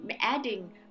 adding